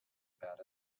about